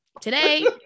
today